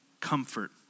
comfort